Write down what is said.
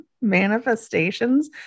manifestations